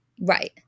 Right